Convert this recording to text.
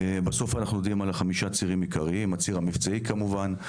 בסוף אנחנו יודעים על חמישה צירים עיקריים: הציר המבצעי כמובן,